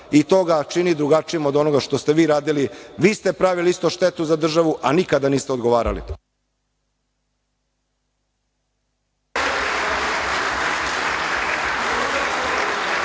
I to ga čini drugačijim od onoga što ste vi radili. Vi ste pravili isto štetu za državu, a nikada niste odgovarali.